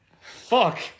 Fuck